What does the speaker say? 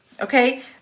okay